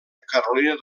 carolina